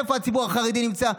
איפה הציבור החרדי נמצא?